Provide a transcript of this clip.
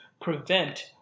prevent